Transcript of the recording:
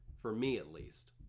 for me at least.